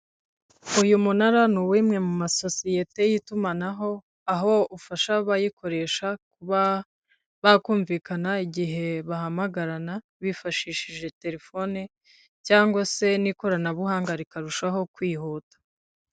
Uyu munara ni uw'imwe mu masosiyete y'itumanaho, aho ufasha abayikoresha kuba bakumvikana igihe bahamagarana bifashishije telefone cyangwa se n'ikoranabuhanga rikarushaho kwihuta.